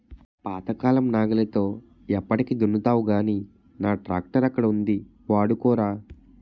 పాతకాలం నాగలితో ఎప్పటికి దున్నుతావ్ గానీ నా ట్రాక్టరక్కడ ఉంది వాడుకోరా